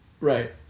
Right